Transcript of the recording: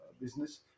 business